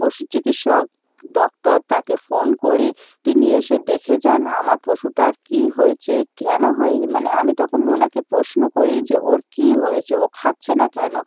পশু চিকিৎসক ডক্টর তাকে ফোন করি তিনি এসে দেখে যান আমার পশুটার কী হয়েছে কেন হয়েছে মানে আমি তখন ওনাকে প্রশ্ন করি যে ওর কী হয়েছে ও খাচ্ছে না কেন